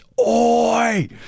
oi